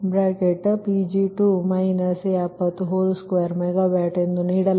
001Pg2 702MW ಎಂದು ನೀಡಲಾಗಿದೆ